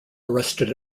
arrested